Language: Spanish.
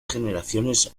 generaciones